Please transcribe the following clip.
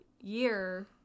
year